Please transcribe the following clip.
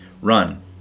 Run